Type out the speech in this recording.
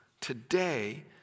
Today